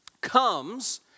comes